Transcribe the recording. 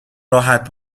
راحت